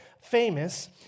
famous